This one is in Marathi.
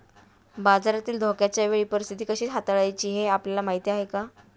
बाजारातील धोक्याच्या वेळी परीस्थिती कशी हाताळायची हे आपल्याला माहीत आहे का?